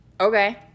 Okay